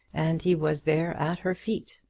and he was there at her feet.